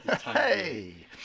Hey